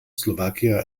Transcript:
slovakia